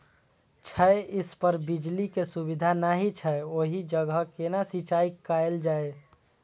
छै इस पर बिजली के सुविधा नहिं छै ओहि जगह केना सिंचाई कायल जाय?